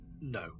No